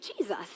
Jesus